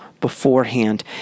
beforehand